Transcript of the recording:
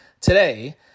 today